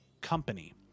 company